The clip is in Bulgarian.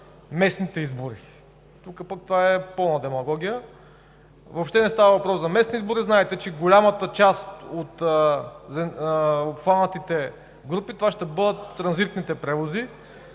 местните избори. Тук това е пълна демагогия. Въобще не става въпрос за местни избори. Знаете, че голямата част от обхванатите групи, това ще бъдат транзитните превози,